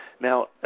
Now